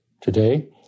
today